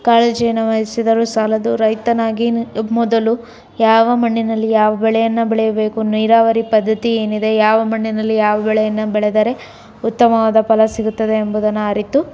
ಕಾಳಜಿಯನ್ನು ವಹಿಸಿದರೂ ಸಾಲದು ರೈತನಾಗಿ ಮೊದಲು ಯಾವ ಮಣ್ಣಿನಲ್ಲಿ ಯಾವ ಬೆಳೆಯನ್ನು ಬೆಳೆಯಬೇಕು ನೀರಾವರಿ ಪದ್ಧತಿ ಏನಿದೆ ಯಾವ ಮಣ್ಣಿನಲ್ಲಿ ಯಾವ ಬೆಳೆಯನ್ನು ಬೆಳೆದರೆ ಉತ್ತಮವಾದ ಫಲ ಸಿಗುತ್ತದೆ ಎಂಬುದನ್ನು ಅರಿತು